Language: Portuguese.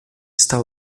está